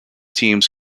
teams